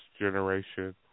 generation